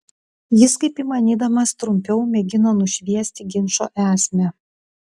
jis kaip įmanydamas trumpiau mėgino nušviesti ginčo esmę